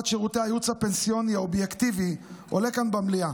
שירותי הייעוץ הפנסיוני האובייקטיבי עולה כאן במליאה.